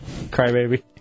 Crybaby